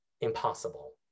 impossible